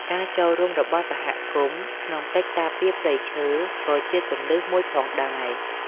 ការចូលរួមរបស់សហគមន៍ ក្នុងកិច្ចការពារព្រៃឈើក៏ជាគន្លឹះមួយផងដែរ។